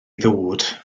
ddod